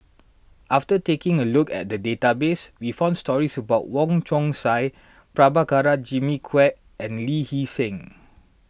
after taking a look at the database we found stories about Wong Chong Sai Prabhakara Jimmy Quek and Lee Hee Seng